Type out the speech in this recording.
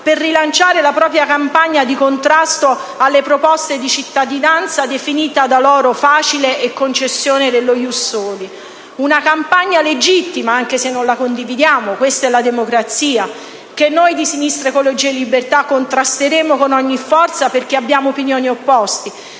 per rilanciare la propria campagna di contrasto alle proposte di cittadinanza definita da loro "facile" e di concessione dello *ius soli*. Una campagna legittima, anche se non la condividiamo (questa è la democrazia), che noi di Sinistra Ecologia e Libertà contrasteremo con ogni forza perché abbiamo opinioni opposte;